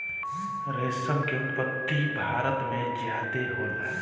रेशम के उत्पत्ति भारत में ज्यादे होला